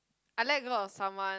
I let go of someone